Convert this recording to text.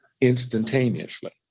instantaneously